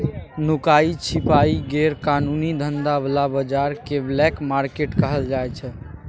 नुकाए छिपाए गैर कानूनी धंधा बला बजार केँ ब्लैक मार्केट कहल जाइ छै